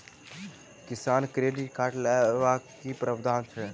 किसान credit card लेबाक की प्रावधान छै?